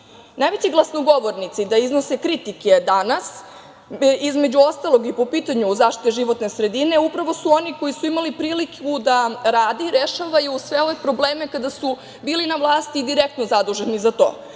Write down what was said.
glasnogovornici da iznose kritike danas između ostalog i po pitanju zaštite životne sredine, upravo su oni koji su imali priliku da rade i rešavaju sve ove probleme kada su bili na vlast direktno zaduženi za to.